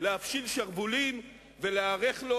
להפשיל שרוולים ולהיערך לו.